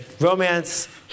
romance